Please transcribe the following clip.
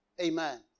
Amen